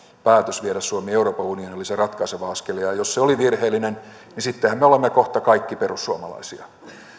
päätös viedä suomi euroopan unioniin oli se ratkaiseva askel ja jos se oli virheellinen sittenhän me olemme kohta kaikki perussuomalaisia